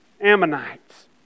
Ammonites